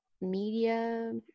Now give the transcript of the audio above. media